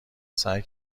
سعی